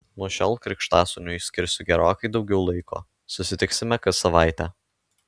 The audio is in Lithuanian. nuo šiol krikštasūniui skirsiu gerokai daugiau laiko susitiksime kas savaitę